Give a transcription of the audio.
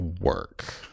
work